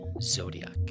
Zodiac